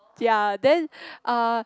ya then uh